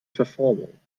verformung